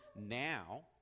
now